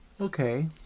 Okay